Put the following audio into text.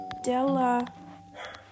Della